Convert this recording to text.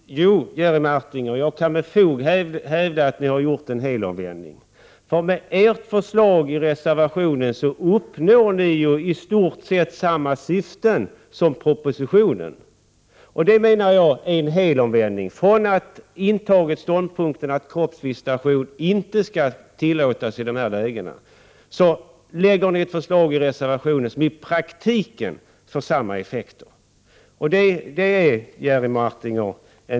Herr talman! Jerry Martinger, jag kan med fog hävda att ni har gjort en helomvändning, eftersom ni med ert förslag i reservationen uppnår i stort sett samma syfte som propositionen. Detta menar jag är en helomvändning. Från att ha intagit ståndpunkten att kroppsvisitation inte skall tillåtas i dessa sammanhang, lägger ni fram ett förslag i reservationen, som i praktiken får samma effekter.